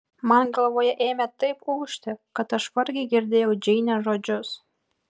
man galvoje ėmė taip ūžti kad aš vargiai girdėjau džeinės žodžius